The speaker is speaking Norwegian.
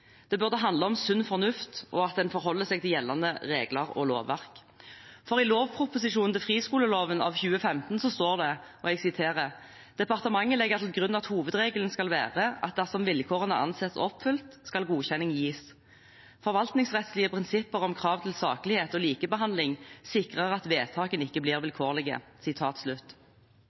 Det burde handle om sunn fornuft og at en forholder seg til gjeldende regler og lovverk. I proposisjonen til friskoleloven av 2015 står det: «Departementet legger til grunn at hovedregelen skal være at dersom vilkårene anses oppfylt, skal godkjenning gis. Forvaltningsrettslige prinsipper om krav til saklighet og likebehandling sikrer at vedtakene ikke blir vilkårlige.»